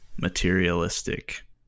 materialistic